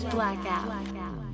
Blackout